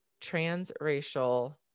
transracial